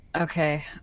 Okay